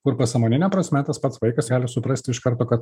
kur pasąmonine prasme tas pats vaikas gali suprasti iš karto kad